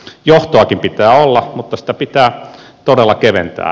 johtoakin pitää olla mutta sitä pitää todella keventää